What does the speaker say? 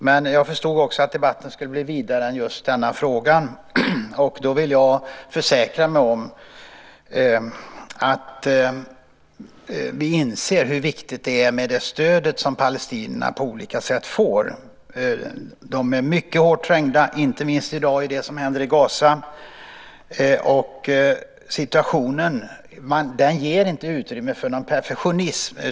Men jag förstod också att debatten skulle bli vidare än just denna fråga, och därför vill jag försäkra mig om att vi inser hur viktigt det stödet är som palestinierna på olika sätt får. De är mycket hårt trängda, inte minst med tanke på det som händer i Gaza i dag, och situationen ger inte utrymme för någon perfektionism.